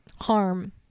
harm